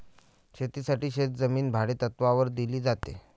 शेतीसाठी शेतजमीन भाडेतत्त्वावर दिली जाते